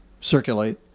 circulate